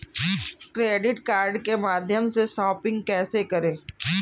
Credit card के माध्यम से शॉपिंग कैसे करें?